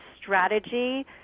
strategy